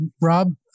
Rob